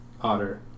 Otter